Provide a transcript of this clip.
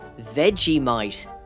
Vegemite